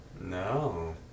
no